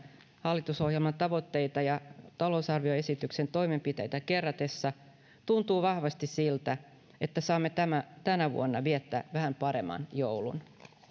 hallitusohjelman tavoitteita ja talousarvioesityksen toimenpiteitä kerratessa tuntuu vahvasti siltä että saamme tänä vuonna viettää vähän paremman joulun